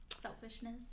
selfishness